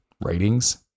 ratings